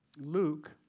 Luke